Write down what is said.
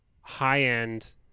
high-end